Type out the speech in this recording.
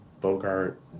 Bogart